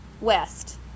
West